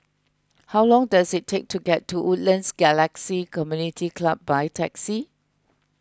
how long does it take to get to Woodlands Galaxy Community Club by taxi